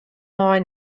mei